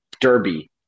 Derby